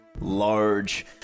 Large